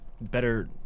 better